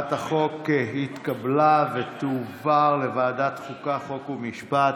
הצעת החוק התקבלה ותועבר לוועדת החוקה, חוק ומשפט.